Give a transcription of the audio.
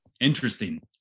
interesting